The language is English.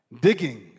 Digging